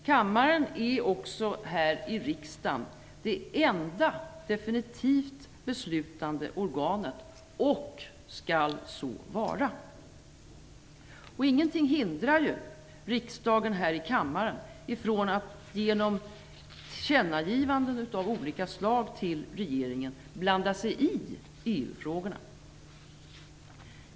Kammaren är här i riksdagen det enda definitivt beslutande organet och skall så vara. Ingenting hindrar riksdagen att här i kammaren genom tillkännagivanden av olika slag till regeringen blanda sig i EU-frågorna.